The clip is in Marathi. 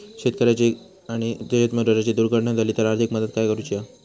शेतकऱ्याची आणि शेतमजुराची दुर्घटना झाली तर आर्थिक मदत काय करूची हा?